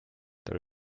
there